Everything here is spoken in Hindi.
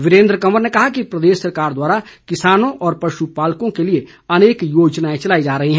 वीरेन्द्र कंवर ने कहा कि प्रदेश सरकार द्वारा किसानों और पशु पालकों के लिए अनेक योजनाएं चलाई जा रही हैं